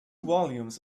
volumes